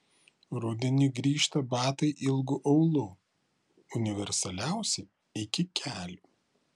rudenį grįžta batai ilgu aulu universaliausi iki kelių